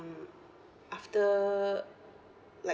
after like